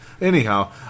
Anyhow